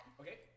Okay